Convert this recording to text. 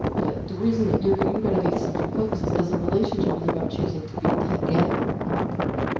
but, the reason that you've you've gotta be the central focus is because a relationship is about choosing to be together not apart.